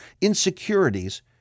insecurities